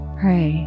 pray